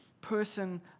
person